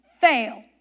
fail